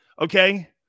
Okay